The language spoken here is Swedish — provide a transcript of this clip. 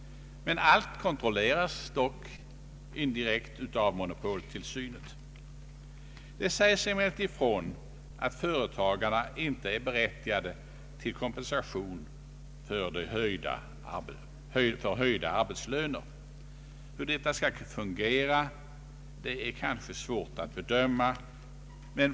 Allt kontrolleras dock av Monopoltilsynet. Det sägs emellertid ifrån att företagarna inte är berättigade till kompensation för höjda arbetslöner. Hur detta skall fungera är kanske svårt att bedöma.